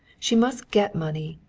she must get money,